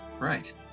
right